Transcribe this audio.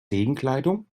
regenkleidung